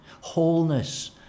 wholeness